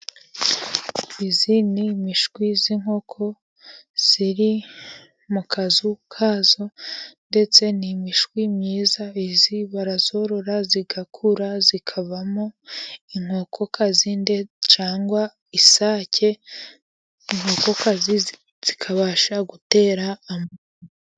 Iyi ni imishwi y'inkoko iri mu kazu k'ayo, ndetse ni imishwi myiza. Iyi barayorora igakura ikavamo inkokokazi nini cyangwa isake. Inkokokazi zikabasha gutera amagi.